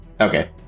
Okay